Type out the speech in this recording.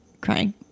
crying